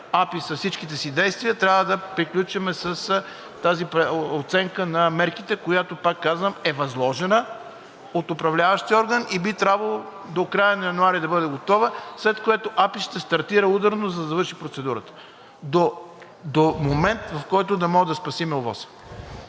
с всичките си действия, трябва да приключим с тази оценка на мерките, която, пак казвам, е възложена от управляващия орган и би трябвало до края на януари да бъде готова, след което АПИ ще стартира ударно, за да завърши процедурата до момент, в който да може да спасим ОВОС-а.